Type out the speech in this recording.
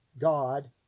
God